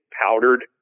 powdered